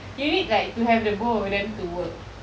you need like to have the both of them to work